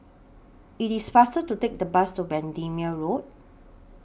IT IS faster to Take The Bus to Bendemeer Road